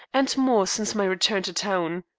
and more since my return to town.